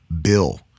bill